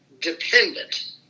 dependent